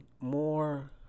more